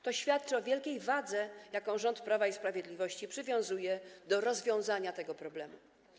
To świadczy o wielkiej wadze, jaką rząd Prawa i Sprawiedliwości przywiązuje do rozwiązania tego problemu.